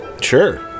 Sure